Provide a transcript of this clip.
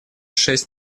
шесть